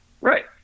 Right